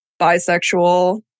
bisexual